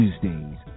Tuesdays